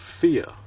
fear